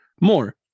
more